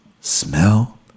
Smell